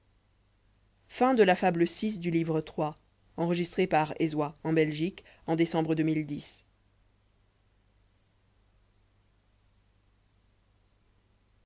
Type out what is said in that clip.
la fable de